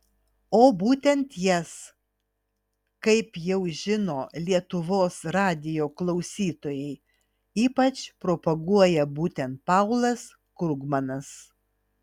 o būtent jas kaip jau žino lietuvos radijo klausytojai ypač propaguoja būtent paulas krugmanas